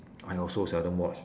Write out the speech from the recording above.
I also seldom watch